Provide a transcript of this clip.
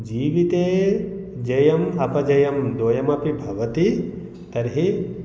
जीविते जयं अपजयं द्वयमपि भवति तर्हि